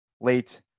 late